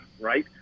right